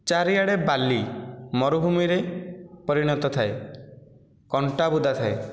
ଚାରିଆଡ଼େ ବାଲି ମରୁଭୂମିରେ ପରିଣତ ଥାଏ କଣ୍ଟାବୁଦା ଥାଏ